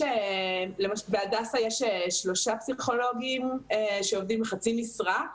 בהדסה יש שלושה פסיכולוגים שעובדים חצי משרה.